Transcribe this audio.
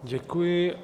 Děkuji.